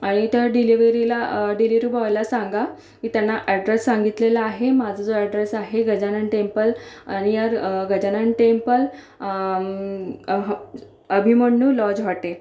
आणि त्या डिलेवरीला डिलेवरी बॉयला सांगा की त्यांना ॲड्रेस सांगितलेला आहे माझा जो ॲड्रेस आहे गजानन टेम्पल आणि यार Gajanan temple Abhimanyu lodge hotel